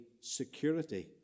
security